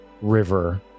river